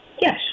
Yes